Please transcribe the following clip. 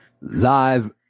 Live